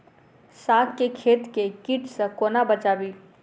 साग केँ खेत केँ कीट सऽ कोना बचाबी?